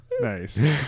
Nice